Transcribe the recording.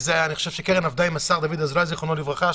אני חושב שקרן עבדה עם השר דוד אזולאי זכרונו לברכה,